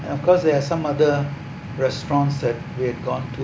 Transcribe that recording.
and of course there have some other restaurants that we had gone to